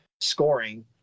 scoring